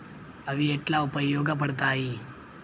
అవి ఎట్లా ఉపయోగ పడతాయి?